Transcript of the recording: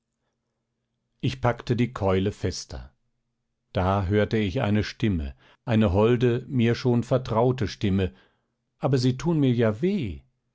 ich packte die keule fester da hörte ich eine stimme eine holde mir schon vertraute stimme aber sie tun mir ja weh